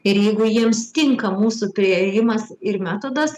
ir jeigu jiems tinka mūsų priėjimas ir metodas